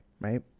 right